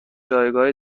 جایگاه